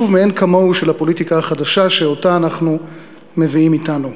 מאין כמוהו של הפוליטיקה החדשה שאותה אנחנו מביאים אתנו.